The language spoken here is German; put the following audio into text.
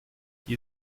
wir